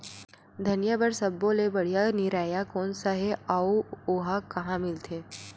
धनिया बर सब्बो ले बढ़िया निरैया कोन सा हे आऊ ओहा कहां मिलथे?